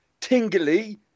Tingly